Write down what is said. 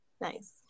Nice